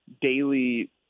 daily